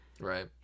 Right